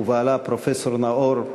ובעלה הפרופסור נאור.